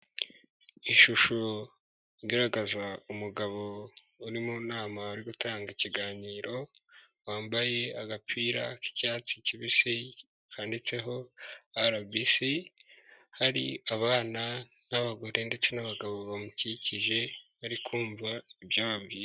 Ishusho igaragaza umugabo uri mu nama uri gutanga ikiganiro wambaye agapira k'icyatsi kibisi handitseho RBC hari abana n'abagore ndetse n'abagabo bamukikije bari kumva ibyo ababwira.